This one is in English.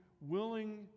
willing